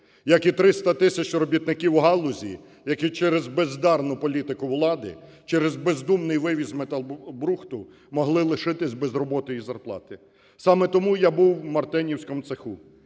як і 300 тисяч робітників галузі, які через бездарну політику влади, через бездумний вивіз металобрухту, могли лишитись без роботи і зарплати. Саме тому я був у мартенівському цеху.